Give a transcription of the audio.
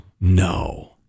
No